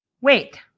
Wait